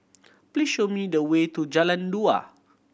please show me the way to Jalan Dua